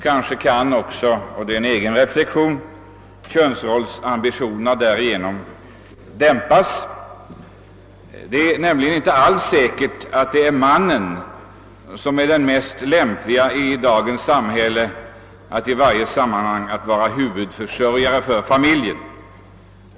Kanske kan därigenom också — det är min egen reflexion — könsrollsambitionerna dämpas. Det är nämligen inte säkert att mannen i dagens samhälle är den lämpligaste att i alla sammanhang vara huvudförsörjare för familjen.